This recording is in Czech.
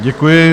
Děkuji.